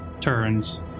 turns